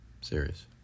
Serious